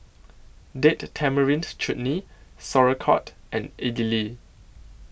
Date Tamarind Chutney Sauerkraut and Idili